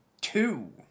two